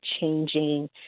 changing